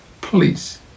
Please